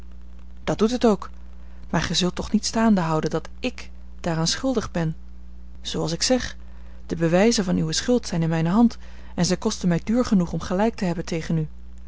dat doet het ook maar gij zult toch niet staande houden dat ik daaraan schuldig ben zooals ik zeg de bewijzen van uwe schuld zijn in mijne hand en zij kosten mij duur genoeg om gelijk te hebben tegen u